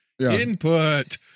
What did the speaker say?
input